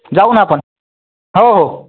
जाऊ ना आपण हो हो